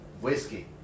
whiskey